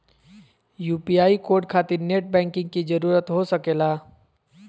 UPI code खातिर net banking की जरूरत हो सके ला?